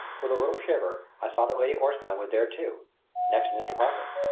with a little shiver i saw that lady orstline was there too next mr. parker.